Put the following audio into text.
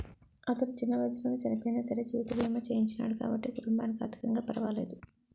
అతను చిన్న వయసులోనే చనియినా సరే జీవిత బీమా చేయించినాడు కాబట్టి కుటుంబానికి ఆర్ధికంగా పరవాలేదు